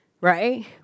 right